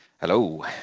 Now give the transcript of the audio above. Hello